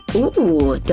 ooh!